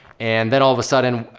and then all of a sudden,